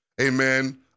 amen